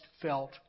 felt